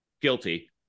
Guilty